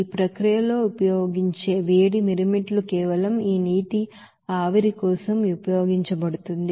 ఈ ప్రక్రియలో ఉపయోగించే వేడి మిరుమిట్లు కేవలం ఈ నీటి ఆవిరి కోసం ఉపయోగించబడుతుంది